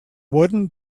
wooden